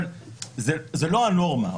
אבל זה לא הנורמה.